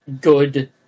good